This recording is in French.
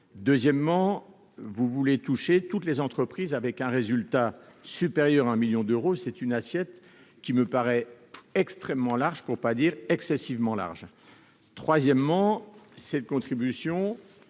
deuxièmement vous voulez toucher toutes les entreprises, avec un résultat supérieur à un 1000000 d'euros, c'est une assiette qui me paraît extrêmement large pour pas dire excessivement large troisièmement cette contribution